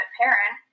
parent